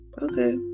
Okay